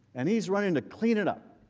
and he's running to clean it up.